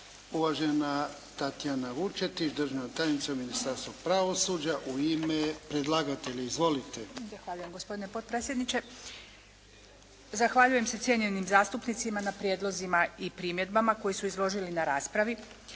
Uvažena Tatjana Vučetić, državna tajnica u Ministarstvu pravosuđa, u ime predlagatelja. Izvolite. **Vučetić, Tatijana** Zahvaljujem gospodine potpredsjedniče. Zahvaljujem se cijenjenim zastupnicima na prijedlozima i primjedbama koje su izložili na raspravi.